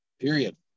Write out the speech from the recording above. period